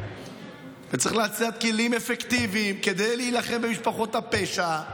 וצריך לייצר כלים אפקטיביים כדי להילחם במשפחות הפשע,